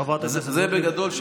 זה בגדול.